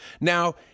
Now